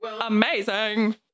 Amazing